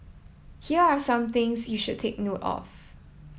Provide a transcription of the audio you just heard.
here are some things you should take note of